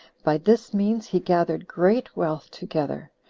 by this means he gathered great wealth together,